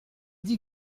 dit